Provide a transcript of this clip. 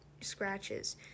scratches